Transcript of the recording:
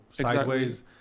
sideways